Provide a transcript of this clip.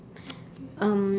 um